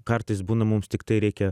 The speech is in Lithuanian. kartais būna mums tiktai reikia